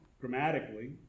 grammatically